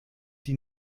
die